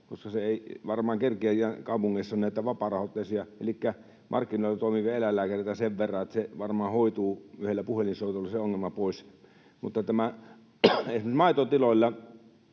koska varmaan on kaupungeissa näitä vapaarahoitteisia elikkä markkinoilla toimivia eläinlääkäreitä sen verran, että se ongelma varmaan hoituu yhdellä puhelinsoitolla pois, mutta maitotiloilla,